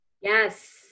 Yes